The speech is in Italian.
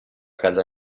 casa